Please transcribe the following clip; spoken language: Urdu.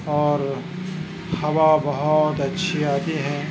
اور ہوا بہت اچھی آتی ہے